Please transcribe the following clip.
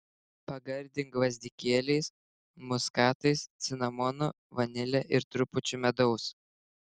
pagardink gvazdikėliais muskatais cinamonu vanile ir trupučiu medaus